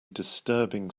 disturbing